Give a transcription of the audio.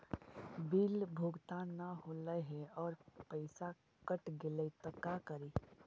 Bill भुगतान न हौले हे और पैसा कट गेलै त का करि?